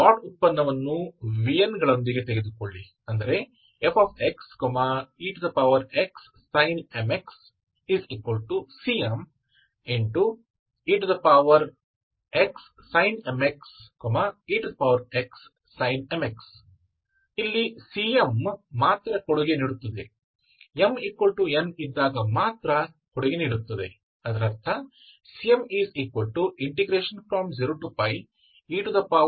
ನೀವು ಡಾಟ್ ಉತ್ಪನ್ನವನ್ನು n ಗಳೊಂದಿಗೆ ತೆಗೆದುಕೊಳ್ಳಿ fxexsin mx cmexsin mx exsin mx ಇಲ್ಲಿ cm ಮಾತ್ರ ಕೊಡುಗೆ ನೀಡುತ್ತದೆ mn ಇದ್ದಾಗ ಮಾತ್ರ ಕೊಡುಗೆ ನೀಡುತ್ತದೆ